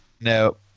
No